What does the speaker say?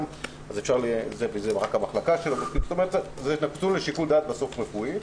וזה רק במחלקה אחת כלומר זה נתון לשיקול דעת רפואי,